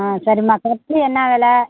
ஆ சரிம்மா கட்டில் என்ன விலை